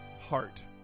Heart